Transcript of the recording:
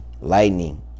lightning